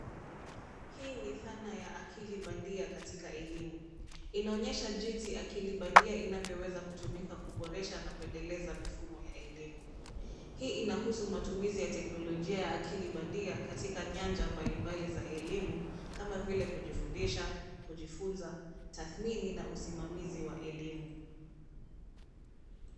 Hii ni dhana ya akili bandia katika elimu. Inaonyesha jinsi akili bandia inavyoweza kutumika kuboresha na kuendeleza mifumo ya elimu. Hii inahusu matumizi ya teknolojia ya akili bandia katika nyanja mbali mbali za elimu, kama vile, kujifundisha, kujifunza, tathmini, na usimamizi wa elimu.